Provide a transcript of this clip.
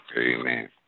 Amen